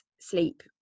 sleep